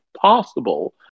possible